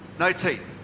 no teeth.